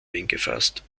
eingefasst